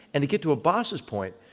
and to get to abbas' point,